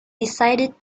decided